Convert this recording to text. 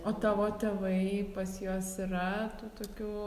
o tavo tėvai pas juos yra tų tokių